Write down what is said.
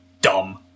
dumb